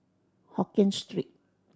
Hokkien Street